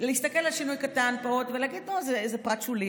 להסתכל על שינוי קטן פה ולהגיד: זה פרט שולי,